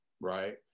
right